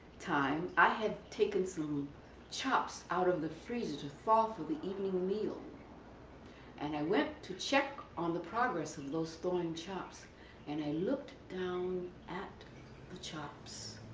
tie i had taken some chops out of the freezer to thaw for the evening meal and i went to check on the progress of those thawing chops and i looked down at the chops